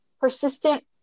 persistent